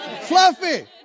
Fluffy